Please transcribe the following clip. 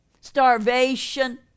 starvation